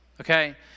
okay